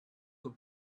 life